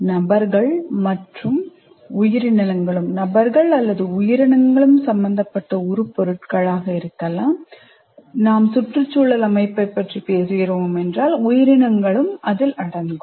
நபர்கள் மற்றும் அல்லது உயிரினங்களும் சம்பந்தப்பட்ட உரு பொருட்களாக இருக்கலாம் நாம் சுற்றுச்சூழல் அமைப்பைப் பேசுகிறோம் என்றால் உயிரினங்களும் அதில் அடங்கும்